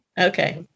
Okay